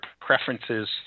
preferences